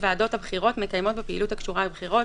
את ועדת הבחירות לפעילות שקשורה בבחירות.